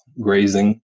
grazing